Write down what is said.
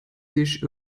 sich